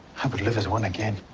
i would live as one again.